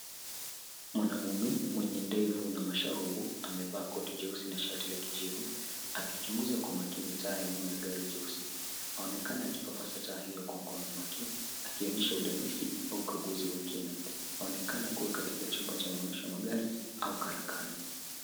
Mwanaume mwenye ndevu na masharubu amevaa koti jeusi na shati la kijivu, akichunguza kwa makini taa ya nyuma ya gari jeusi. Aonekana akipasasa taa hio kwa mkono wake akionyesha udadisi au ukaguzi wa kina. Aonekana kuwa katika chumba cha maonyesho ya magari au karakana.